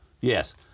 yes